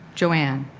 joann.